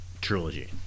trilogy